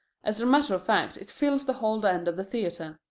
as a matter of fact it fills the whole end of the theatre.